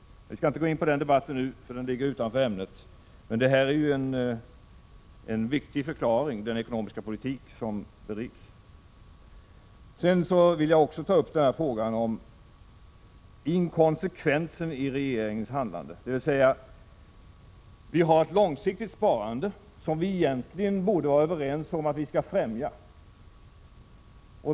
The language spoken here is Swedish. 69 Men jag skall inte gå in på den debatten nu, för den ligger utanför dagens ämne. Vad jag här har sagt är dock en viktig förklaring till den ekonomiska politik som bedrivs. Sedan vill jag också ta upp frågan om inkonsekvensen i regeringens handlande. Vi har alltså ett långsiktigt sparande, som vi egentligen borde vara överens om att främja.